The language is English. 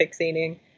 fixating